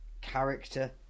character